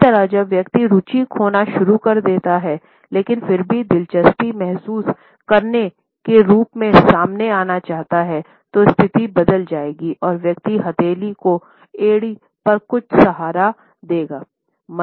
इसी तरह जब व्यक्ति रुचि खोना शुरू कर देता है लेकिन फिर भी दिलचस्पी महसूस करने के रूप में सामने आना चाहता है तो स्थिति बदल जाएगी और व्यक्ति हथेली की एड़ी पर कुछ सहारा देगा